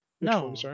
No